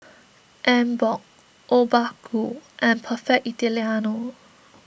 Emborg Obaku and Perfect Italiano